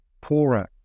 Poorer